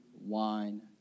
wine